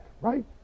right